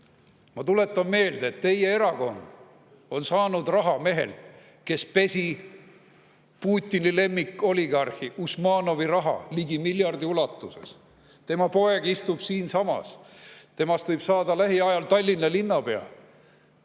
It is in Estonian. Ma tuletan meelde, et teie erakond on saanud raha mehelt, kes pesi Putini lemmikoligarhi Usmanovi raha ligi miljardi ulatuses. Tema poeg istub siinsamas, temast võib saada lähiajal Tallinna linnapea.